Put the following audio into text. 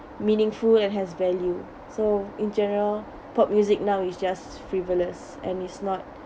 meaningful and has value so in general pop music now is just frivolous and is not